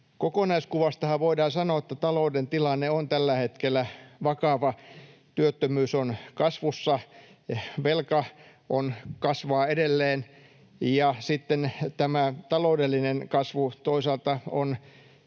Kokonaiskuvastahan voidaan sanoa, että talouden tilanne on tällä hetkellä vakava. Työttömyys on kasvussa, velka kasvaa edelleen, ja sitten tämä taloudellinen kasvu toisaalta on